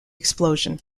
explosion